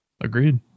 Agreed